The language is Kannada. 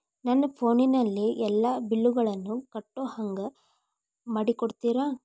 ನನ್ನ ಫೋನಿನಲ್ಲೇ ಎಲ್ಲಾ ಬಿಲ್ಲುಗಳನ್ನೂ ಕಟ್ಟೋ ಹಂಗ ಮಾಡಿಕೊಡ್ತೇರಾ?